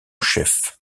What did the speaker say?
chef